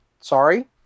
Sorry